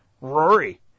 Rory